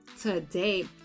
today